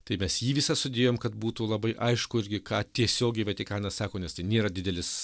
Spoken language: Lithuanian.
tai mes jį visą sudėjom kad būtų labai aišku irgi ką tiesiogiai vatikanas sako nes tai nėra didelis